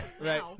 Right